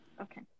Okay